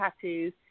tattoos